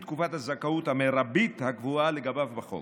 תקופת הזכאות המרבית הקבועה לגביו בחוק